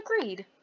agreed